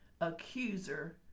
accuser